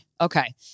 okay